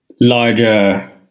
larger